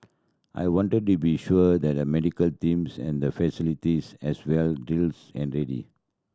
I wanted to be sure that the medical teams and the facilities as well drills and ready